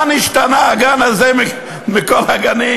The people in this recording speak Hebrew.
מה נשתנה הגן הזה מכל הגנים?